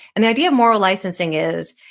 and the idea of moral licensing is,